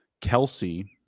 Kelsey